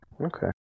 Okay